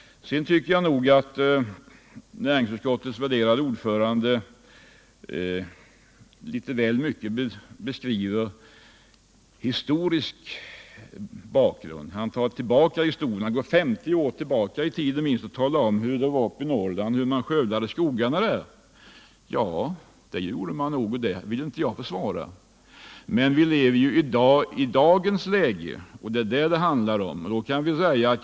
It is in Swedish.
Sedan tycker jag att näringsutskottets värderade ordförande litet väl mycket uppehåller sig vid den historiska bakgrunden. Han går minst 50 år tillbaka i tiden och talar om hur det då var uppe i Norrland och hur man där skövlade skogarna. Det är säkerligen rätt beskrivet, och det vill jag inte försvara. Men nu handlar det om dagens situation.